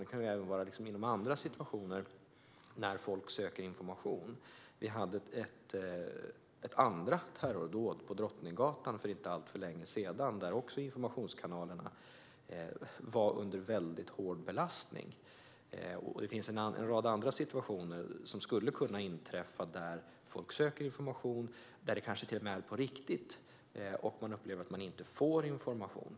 Det kan vara även i andra situationer när folk söker information. Vi hade ett andra terrordåd på Drottninggatan för inte alltför länge sedan. Då var informationskanalerna också hårt belastade. Det finns en rad andra situationer som skulle kunna inträffa, då det kanske till och med är på riktigt, och folk behöver söka information men upplever att de inte får den.